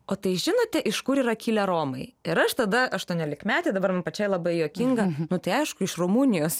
o tai žinote iš kur yra kilę romai ir aš tada aštuoniolikmetė dabar man pačiai labai juokinga tai aišku iš rumunijos